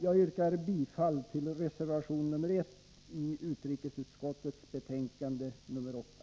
Jag yrkar bifall till reservation nr 1 i utrikesutskottets betänkande nr 8.